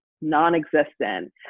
non-existent